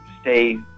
stay